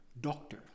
doctor